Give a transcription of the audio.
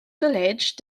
college